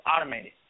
automated